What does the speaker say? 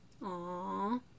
Aww